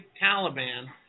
Taliban